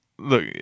Look